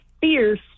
fierce